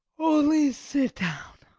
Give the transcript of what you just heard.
only sit down.